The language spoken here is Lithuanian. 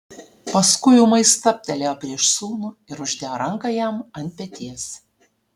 paskui ūmai stabtelėjo prieš sūnų ir uždėjo ranką jam ant peties